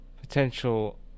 potential